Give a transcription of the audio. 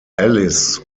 ellis